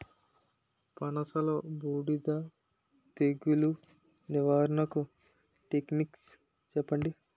పనస లో బూడిద తెగులు నివారణకు టెక్నిక్స్ చెప్పండి?